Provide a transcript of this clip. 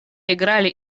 играли